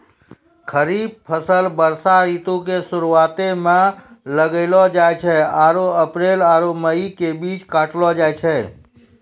खरीफ फसल वर्षा ऋतु के शुरुआते मे लगैलो जाय छै आरु अप्रैल आरु मई के बीच मे काटलो जाय छै